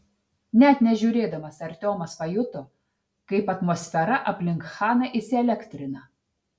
net nežiūrėdamas artiomas pajuto kaip atmosfera aplink chaną įsielektrina